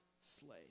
slave